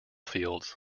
fields